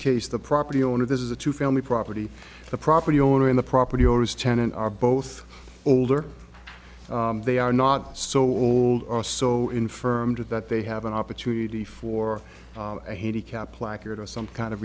case the property owner this is a two family property the property owner in the property owners tenant are both older they are not so old or so infirm to that they have an opportunity for a handicapped placard or some kind of